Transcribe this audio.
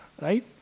right